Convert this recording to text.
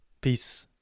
Peace